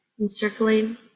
encircling